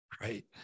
right